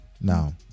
Now